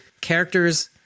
characters